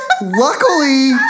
luckily